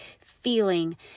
feeling